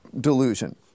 delusion